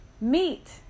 meat